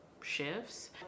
shifts